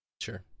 Sure